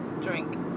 drink